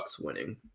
winning